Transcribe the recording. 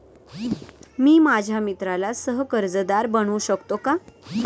मी माझ्या मित्राला सह कर्जदार बनवू शकतो का?